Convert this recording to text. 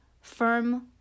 firm